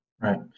Right